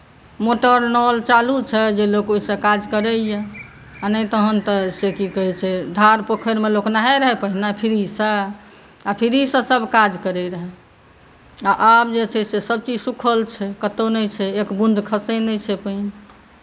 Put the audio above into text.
motor नल चालू छै जे लोक ओहिसँ काज करैए आ नहि तहन तऽ से की कहैत छै धार पोखरिमे लोक नहाइत रहए पहिने फ्रीसँ आ फ्रीसँ सभ काज करैत रहए आ आब जे छै से सभचीज सूखल छै कतहु नहि छै एक बूँद खसैत नहि छै पानि